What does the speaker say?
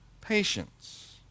patience